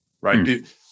Right